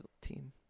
team